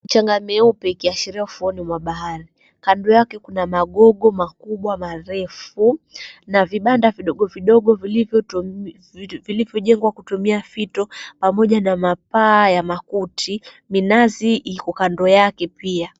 Mchanga meupe ikiashiria ufuoni mwa bahari, kando yake kuna magogo makubwa marefu na vibanda vidogovidogo vilivyotumi vilivyojengwa kutumia fito pamoja na mapaa ya makuti. Minazi iko kando yake pia.